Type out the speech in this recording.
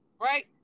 Right